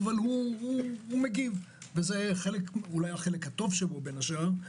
זה אולי החלק הטוב שבו, בין השאר.